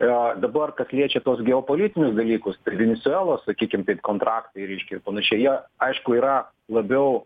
o dabar kas liečia tuos geopolitinius dalykus venesuelos sakykim taip kontraktai reiškia ir panašiai jie aišku yra labiau